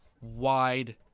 wide